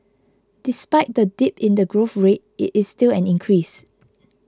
despite the dip in the growth rate it is still an increase